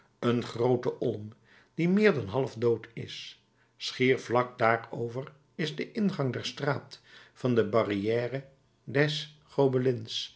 een groote olm die meer dan half dood is schier vlak daarover is de ingang der straat van de barrière des